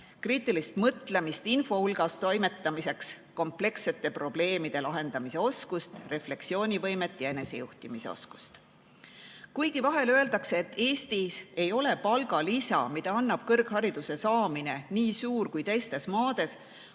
kriitilist mõtlemist infohulgas toimetamiseks, komplekssete probleemide lahendamise oskust, refleksioonivõimet ja enesejuhtimise oskust. Kuigi vahel öeldakse, et Eestis ei ole palgalisa, mida annab kõrghariduse saamine, nii suur kui teistes maades,